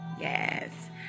Yes